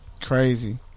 Crazy